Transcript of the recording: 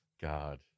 God